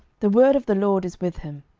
the word of the lord is with him.